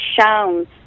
shown